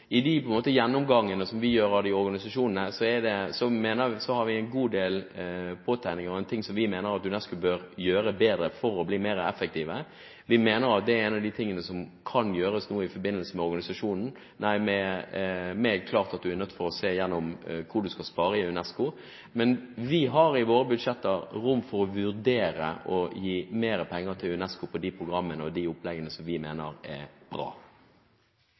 mener at UNESCO bør gjøre bedre for å bli mer effektiv. Vi mener at en av de tingene som kan gjøres nå i forbindelse med organisasjonen, er at man er nødt til å se igjennom hvor man skal spare i UNESCO. Men vi har i våre budsjetter rom for å vurdere å gi mer penger til UNESCO når det gjelder de programmene og de oppleggene som vi mener er bra.